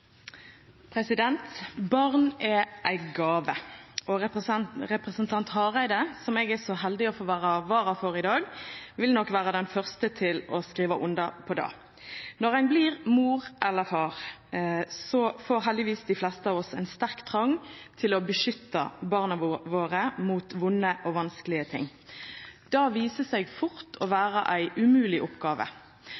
dag. Barn er ei gåve. Representanten Hareide, som eg er så heldig å få vera vara for i dag, vil nok vera den første til å skriva under på det. Når ein blir mor eller far, får heldigvis dei fleste av oss ein sterk trong til å beskytta barna våre mot vonde og vanskelege ting. Det viser seg fort å